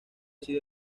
sido